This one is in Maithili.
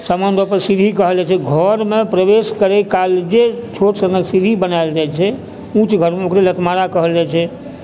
सामान्य तौरपर सीढ़ी कहल जाइ छै अपन घरमे प्रवेश करय काल जे छोट सनक सीढ़ी बनायल जाइ छै ऊँच घरमे ओकरे लतमारा कहल जाइ छै